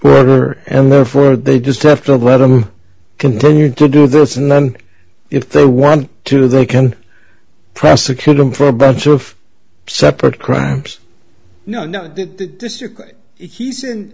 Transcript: contact and therefore they just have to let them continue to do those numbers if the want to they can prosecute them for a bunch of separate crimes no no he's in